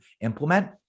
implement